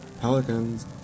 pelicans